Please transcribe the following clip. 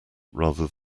rather